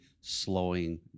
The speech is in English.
slowing